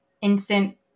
instant